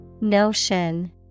Notion